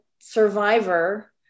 survivor